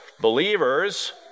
believers